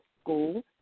school